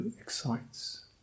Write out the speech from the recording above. excites